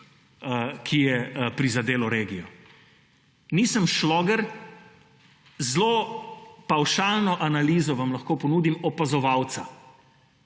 ki je prizadelo regijo. Nisem šloger, zelo pavšalno analizo vam lahko ponudim opazovalca